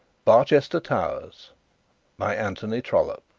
barchester towers by anthony trollope